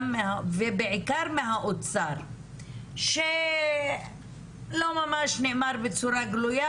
ובעיקר מהאוצר שלא ממש נאמר בצורה גלויה,